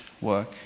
work